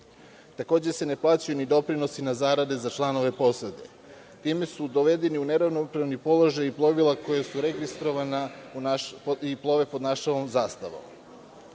Takođe se ne plaćaju ni doprinosi na zarade za članove posade. Time su dovedeni u neravnopravni položaj i plovila koja su registrovana i plove pod našom zastavom. Predlogom